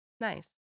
Nice